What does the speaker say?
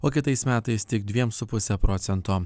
o kitais metais tik dviem su puse procento